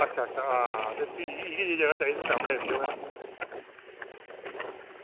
अच्छा अच्छा भी इयै जेही जगह चाहिदी सामनै एरिया होऐ ना